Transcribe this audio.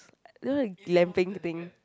know the glamping thing